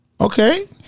Okay